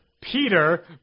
Peter